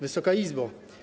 Wysoka Izbo!